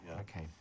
okay